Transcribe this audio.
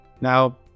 Now